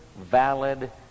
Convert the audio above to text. valid